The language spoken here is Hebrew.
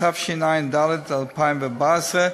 התשע"ד 2014,